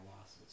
losses